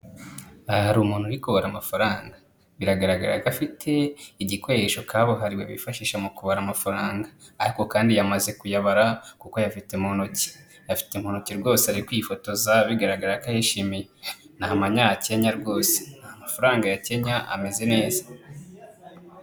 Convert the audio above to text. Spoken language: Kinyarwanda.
Aha hari umuntu uri kubara amafaranga biragaragara ko afite igikoresho kabuhariwe bifashisha mu kubara amafaranga, ariko kandi yamaze kuyabara kuko ayafite mu ntoki, afite mu ntoki rwose ari kwifotoza, bigaragara ko yishimiye ni amanyakenya rwose, amafaranga ya kenya ameze neza.